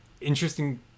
interesting